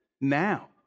now